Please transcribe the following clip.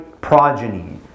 progeny